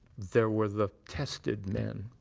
there were the tested men,